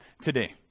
today